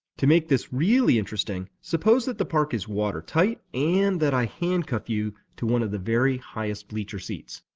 to make this really interesting, suppose that the park is water-tight and that i handcuff you to one of the very highest bleacher seats.